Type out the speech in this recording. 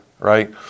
Right